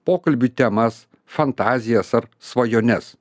pokalbių temas fantazijas ar svajones